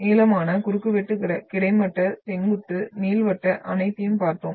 நீளமான குறுக்குவெட்டு கிடைமட்ட செங்குத்து நீள்வட்ட அனைத்தையும் பார்த்தோம்